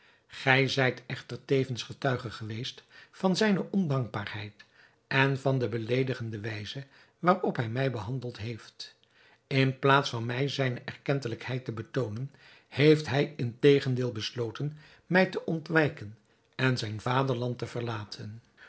gij zijt echter tevens getuige geweest van zijne ondankbaarheid en van de beleedigende wijze waarop hij mij behandeld heeft in plaats van mij zijne erkentelijkheid te betoonen heeft hij integendeel besloten mij te ontwijken en zijn vaderland te verlaten